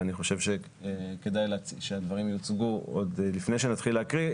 ואני חושב שכדאי שהדברים יוצגו עוד לפני שנתחיל להקריא,